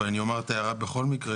אבל אני אומר את ההערה בכל מקרה.